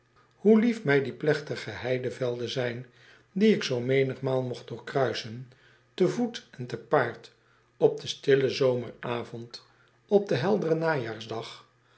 hoe lief mij die plegtige heidevelden zijn die ik zoo menigmaal mogt doorkruisen te voet en te paard op den stillen zomeravond op den helderen najaarsdag